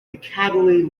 piccadilly